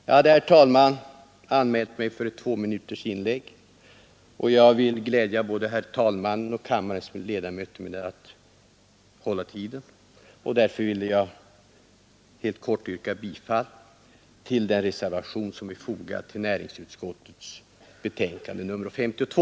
Jag har, herr talman, anmält mig för ett tvåminutersinlägg och jag vill glädja både herr talmannen och kammarens övriga ledamöter med att hålla tiden. Därför vill jag helt kort yrka bifall till den reservation som är fogad till näringsutskottets betänkande nr 52.